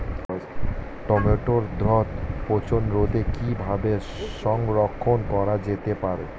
টমেটোর দ্রুত পচনরোধে কিভাবে সংরক্ষণ করা যেতে পারে?